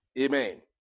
Amen